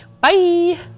Bye